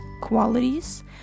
qualities